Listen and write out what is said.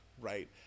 right